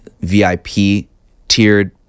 VIP-tiered